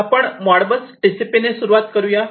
आपण Modbus TCP ने सुरुवात करुया